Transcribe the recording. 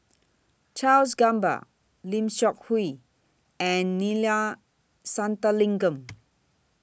Charles Gamba Lim Seok Hui and Neila Sathyalingam